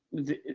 the,